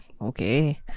okay